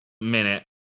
minute